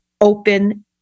open